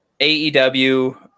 AEW